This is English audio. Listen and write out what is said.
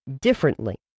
differently